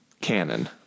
canon